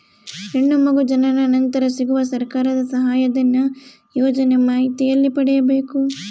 ಹೆಣ್ಣು ಮಗು ಜನನ ನಂತರ ಸಿಗುವ ಸರ್ಕಾರದ ಸಹಾಯಧನ ಯೋಜನೆ ಮಾಹಿತಿ ಎಲ್ಲಿ ಪಡೆಯಬೇಕು?